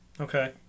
Okay